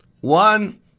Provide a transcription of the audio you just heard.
One